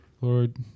Lord